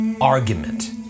argument